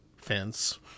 fence